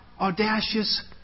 audacious